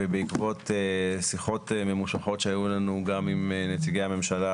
ובעקבות שיחות ממושכות שהיו לנו גם עם נציגי הממשלה